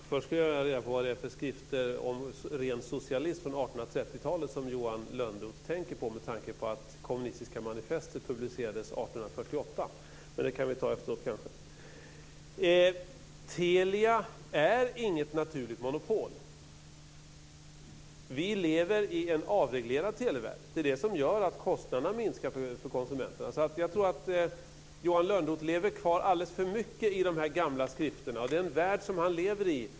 Fru talman! Först skulle jag vilja ha reda på vad det är för skrifter om ren socialism från 1830-talet som Johan Lönnroth tänker på, med tanke på att Kommunistiska manifestet publicerades 1848. Men det kan vi kanske ta efteråt. Telia är inget naturligt monopol. Vi lever i en avreglerad televärld. Det är det som gör att kostnaderna minskar för konsumenterna. Jag tror att Johan Lönnroth lever kvar alldeles för mycket i de gamla skrifterna.